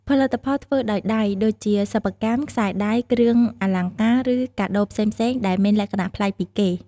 ផលិតផលធ្វើដោយដៃដូចជាសិប្បកម្ម ខ្សែដៃ គ្រឿងអលង្ការ ឬកាដូផ្សេងៗដែលមានលក្ខណៈប្លែកពីគេ។